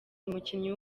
umukinnyi